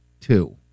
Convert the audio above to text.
two